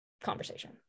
conversation